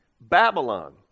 babylon